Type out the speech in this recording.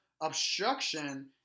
obstruction